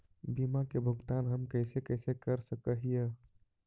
बीमा के भुगतान हम कैसे कैसे कर सक हिय?